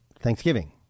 Thanksgiving